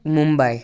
Mumbai